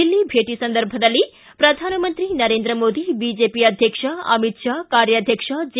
ದಿಲ್ಲಿ ಭೇಟ ಸಂದರ್ಭದಲ್ಲಿ ಪ್ರಧಾನಮಂತ್ರಿ ನರೇಂದ್ರ ಮೋದಿ ಬಿಜೆಪಿ ಅಧ್ಯಕ್ಷ ಅಮಿತ್ ಶಾ ಕಾರ್ಯಧ್ಯಕ್ಷ ಜೆ